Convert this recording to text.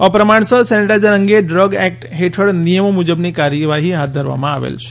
અપ્રમાણસર sanitizer અંગે drug act હેઠળ નિયમો મુજબની કાર્યવાહી હાથ ધરવામાં આવેલ છે